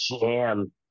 jam